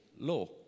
law